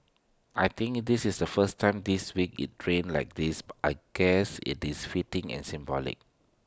I think this is the first time this week IT rained like this but I guess IT is fitting and symbolic